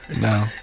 No